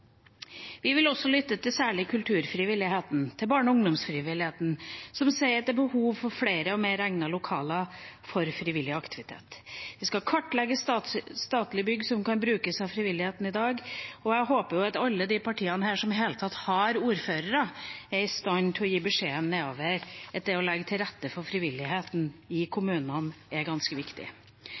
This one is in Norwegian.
Vi vil også lytte til særlig kulturfrivilligheten og barne- og ungdomsfrivilligheten, som sier at det er behov for flere og mer egnede lokaler for frivillig aktivitet. Vi skal kartlegge statlige bygg som kan brukes av frivilligheten i dag. Jeg håper at alle de partiene som i det hele tatt har ordførere, er i stand til å gi beskjed nedover om at det å legge til rette for frivilligheten i kommunene er ganske viktig.